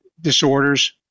disorders